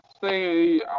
say